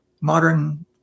modern